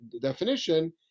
definition